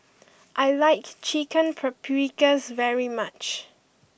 I like Chicken Paprikas very much